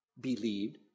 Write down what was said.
believed